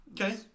Okay